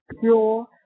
pure